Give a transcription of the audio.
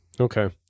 Okay